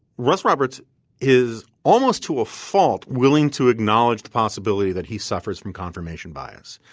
russ roberts is almost to a fault willing to acknowledge the possibility that he suffers from confirmation bias.